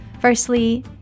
Firstly